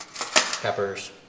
peppers